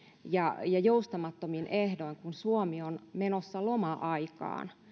ja ja joustamattomin ehdoin kun suomi on menossa loma aikaan